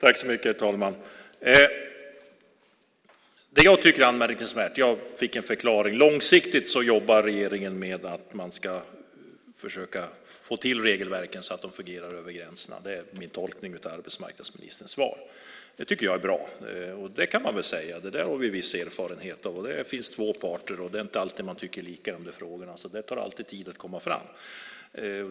Herr talman! Jag fick en förklaring: Långsiktigt jobbar regeringen med att försöka få till regelverken så att de fungerar över gränserna. Det är min tolkning av arbetsministerns svar. Det tycker jag är bra. Det har vi viss erfarenhet av. Det finns två parter, och det är inte alltid man tycker lika om dessa frågor, så det tar alltid tid att komma fram.